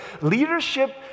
Leadership